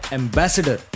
ambassador